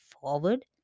forward